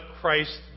Christ